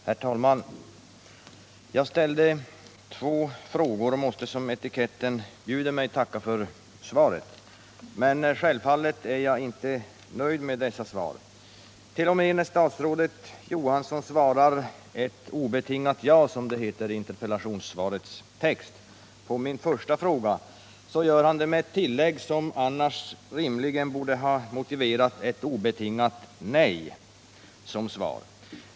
Herr talman! Jag ställde två frågor och måste som etiketten bjuder mig tacka för svaren. Men självfallet är jag inte nöjd med dessa svar. T. o. m. när statsrådet Johansson svarar ett ”obetingat ja”, som det heter i interpellationssvarets text, på min första fråga gör han det med ett tillägg, som snarare borde ha motiverat ett ”obetingat nej” som svar.